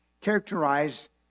characterized